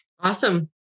Awesome